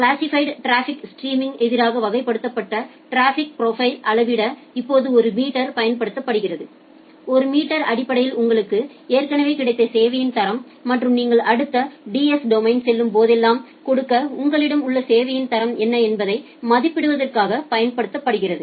classified traffic stream எதிராக வகைப்படுத்தப்பட்ட traffic ப்ரொபைலை அளவிட இப்போது ஒரு மீட்டர் பயன்படுத்தப்படுகிறது ஒரு மீட்டர்அடிப்படையில் உங்களுக்கு ஏற்கனவே கிடைத்த சேவையின் தரம் மற்றும் நீங்கள் அடுத்த டிஸ் டொமைன் செல்லும் போதெல்லாம் கொடுக்க உங்களிடம் உள்ள சேவையின் தரம் என்ன என்பதை மதிப்பிடுவதற்கு பயன்படுத்தப்படுகிறது